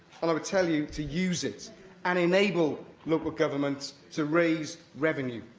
and i would tell you to use it and enable local government to raise revenue.